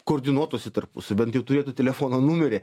koordinuotūsi tarpusavy bent jau turėtų telefono numerį